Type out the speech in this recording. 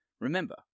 Remember